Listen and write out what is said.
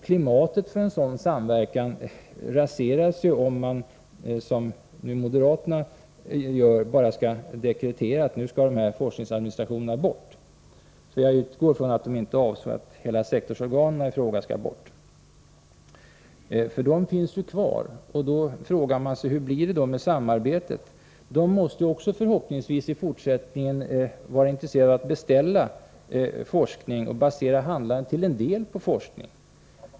Klimatet för en sådan samverkan raseras om man, som moderaterna nu gör, bara dekreterar att nu skall forskningsadministrationen bort från sektorsorganen. Jag utgår från att moderaterna inte avsåg att hela sektorsorganen i fråga skall bort. De finns ju kvar. Då frågar man sig hur det blir med samarbetet. Man måste, förhoppningsvis, även i fortsättningen kunna beställa forskning och basera sitt handlande till en del på forskning.